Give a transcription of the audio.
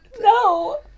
No